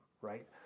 right